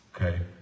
okay